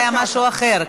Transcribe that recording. זה היה משהו אחר.